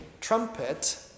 trumpet